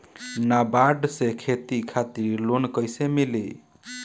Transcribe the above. नाबार्ड से खेती खातिर लोन कइसे मिली?